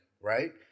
right